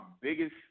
biggest